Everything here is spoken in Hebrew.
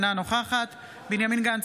אינה נוכחת בנימין גנץ,